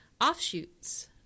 offshoots